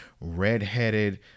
redheaded